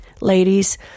ladies